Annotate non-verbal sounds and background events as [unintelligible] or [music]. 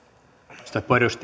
arvoisa puhemies [unintelligible]